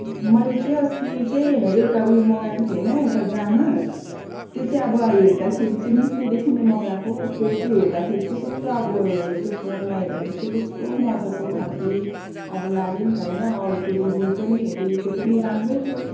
मैले चाहिँ अस्ति चाहिँ एउटा उयो मगाएको थिएँ होइन एउटा जामा त्यो चाहिँ अब हेर्दाखेरि चाहिँ मिसोदेखि नै मगाएको त्यो चाहिँ हेर्दाखेरि चाहिँ कस्तो अब त्यो फोनमा हेर्दाखेरि चाहिँ कस्तो मजाको खालको अब लाग्यो नि त होइन अरूको रिभ्यू पनि हेरेँ त्यो पनि राम्रै थियो